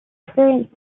experienced